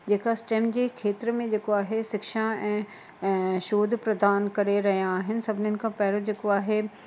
जेका स्टेम जे खेत्र में जेको आहे शिक्षा ऐं ऐं शोध प्रदान करे रहिया आहिनि सभिनीनि खां पहिरों जेको आहे